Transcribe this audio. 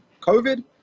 COVID